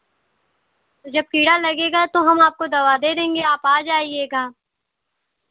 तो जब कीड़ा लगेगा तो हम आपको दवा दे देंगे आप आ जाइएगा